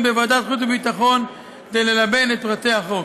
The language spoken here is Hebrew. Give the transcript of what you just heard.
בוועדת חוץ וביטחון כדי ללבן את פרטי החוק.